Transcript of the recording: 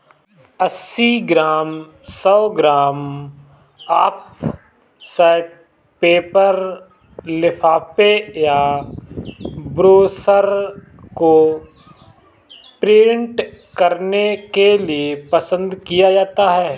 अस्सी ग्राम, सौ gram offset paper लिफाफे या ब्रोशर को प्रिंट करने के लिए पसंद किया जाता है